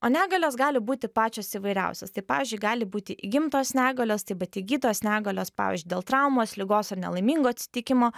o negalios gali būti pačios įvairiausios tai pavyzdžiui gali būti įgimtos negalios taip pat įgytos negalios pavyzdžiui dėl traumos ligos ar nelaimingo atsitikimo